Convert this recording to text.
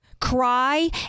cry